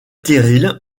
terrils